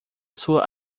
sua